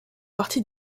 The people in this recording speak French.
partie